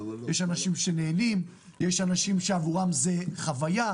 יש אנשים שנהנים, יש אנשים שעבורם זה חוויה,